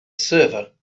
server